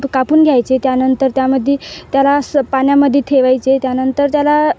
क कापून घ्यायचे त्यानंतर त्यामध्ये त्याला स पाण्यामध्ये ठेवायचे त्यानंतर त्याला